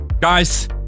Guys